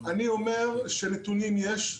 נתונים יש,